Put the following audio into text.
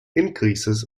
increases